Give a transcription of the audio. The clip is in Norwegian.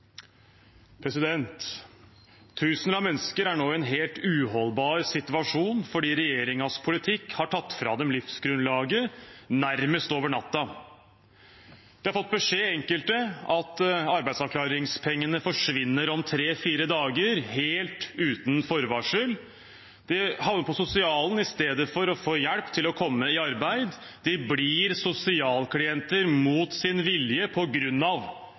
Tusener av mennesker er nå i en helt uholdbar situasjon fordi regjeringens politikk har tatt fra dem livsgrunnlaget nærmest over natten. Enkelte har fått beskjed om at arbeidsavklaringspengene forsvinner om tre–fire dager, helt uten forvarsel. De havner på sosialen i stedet for å få hjelp til å komme i arbeid, de blir sosialklienter mot sin vilje